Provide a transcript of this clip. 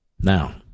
Now